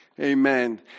Amen